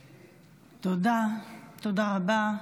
תודה, תודה רבה.